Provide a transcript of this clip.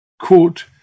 quote